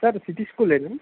sir city school ఏనా